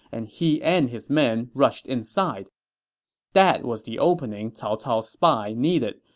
and he and his men rushed inside that was the opening cao cao's spy needed.